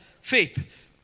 Faith